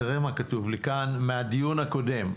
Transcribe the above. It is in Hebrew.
תראה מה כתוב לי כאן מהדיון הקודם,